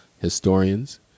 Historians